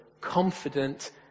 confident